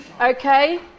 Okay